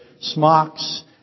smocks